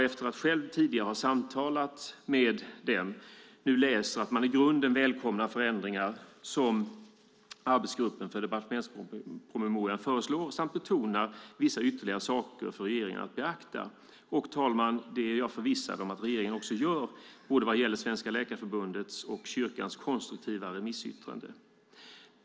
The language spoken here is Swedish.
Efter att själv tidigare ha samtalat med dem läser jag nu att de i grunden välkomnar de förändringar som arbetsgruppen för departementspromemorian föreslår. De betonar även vissa ytterligare saker för regeringen att beakta. Jag är, herr talman, förvissad om att regeringen också gör detta, vad gäller både Sveriges läkarförbunds och kyrkans konstruktiva remissyttranden.